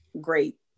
great